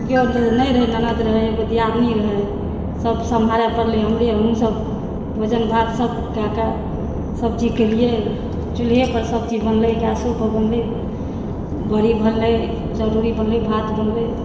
केओ नहि रहै ननद रहै एगो दियादिनी रहै सभ सम्हारै परले हमरे हमहि सभ भोजन भातसभ कए कऽ सभ चीज़ केलियै चूल्हे पर सभ चीज़ बनलै गैसो पर बनलै बड़ी बनलै चरौरी बनलै भात बनलै